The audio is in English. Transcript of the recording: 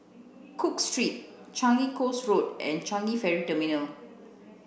cook Street Changi Coast Road and Changi Ferry Terminal